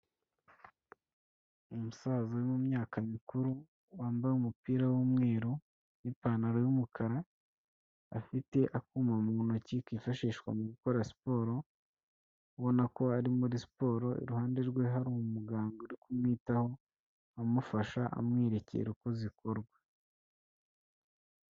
Umusaza uri mu myaka mikuru wambaye umupira w'umweru n'ipantaro y'umukara, afite akuma mu ntoki kifashishwa mu gukora siporo, ubona ko ari muri siporo iruhande rwe hari umuganga uri kumwitaho amufasha, amwerekera uko zikorwa.